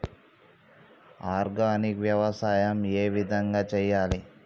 Organic వ్యవసాయం ఏ విధంగా చేయాలి?